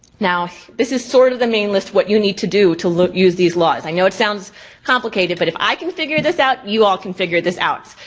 now this is sort of the main list, what you need to do to use these laws. i know it sounds complicated, but if i can figure this out, you all can figure this out.